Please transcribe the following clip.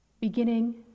beginning